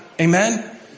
Amen